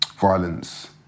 violence